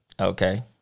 Okay